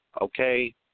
okay